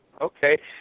okay